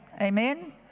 Amen